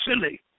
silly